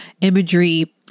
imagery